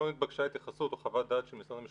לא נתבקשה התייחסות או חוות דעת של משרד המשפטים.